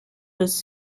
was